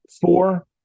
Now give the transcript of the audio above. Four